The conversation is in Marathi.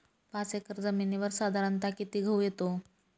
पाच एकर जमिनीवर साधारणत: किती गहू येतो?